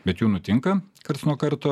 bet jų nutinka karts nuo karto